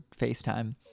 FaceTime